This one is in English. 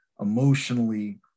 emotionally